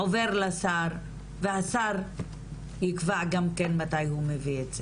עובר לשר והשר יקבע גם כן מתי הוא מביא את זה.